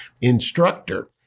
instructor